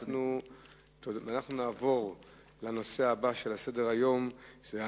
2. אם כן,